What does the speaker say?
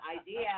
idea